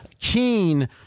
keen